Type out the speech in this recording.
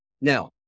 Now